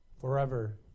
Forever